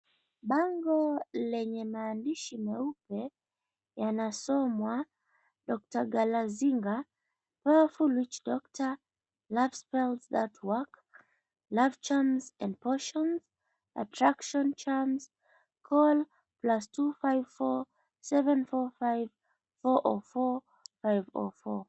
Bango lenye maandishi meupe yanasomwa DR GALAZINGA POWERFUL WITCHDOCTOR LOVE SPELLS THAT WORK, LOVE CHARMS AND POTIONS ATTRACTION CHARMS. CALL +254745404504 .